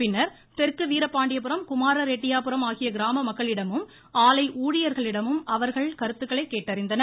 பின்னர் தெற்கு வீரபாண்டியபுரம் குமாரரெட்டியாபுரம் ஆகிய கிராம மக்களிடமும் ஆலை ஊழியர்களிடமும் அவர்கள் கருத்துக்களை கேட்டறிந்தனர்